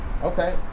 Okay